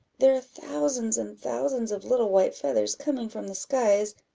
there are thousands and thousands of little white feathers coming from the skies,